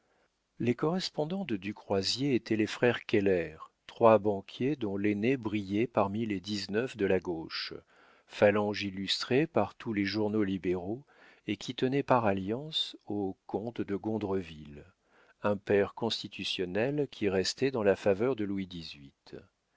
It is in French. les correspondants de du croisier étaient les frères keller trois banquiers dont l'aîné brillait parmi les dix-neuf de la gauche phalange illustrée par tous les journaux libéraux et qui tenaient par alliance au comte de gondreville un pair constitutionnel qui restait dans la faveur de louis